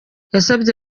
yasabye